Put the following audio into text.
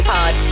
Pod